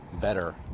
better